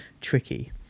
tricky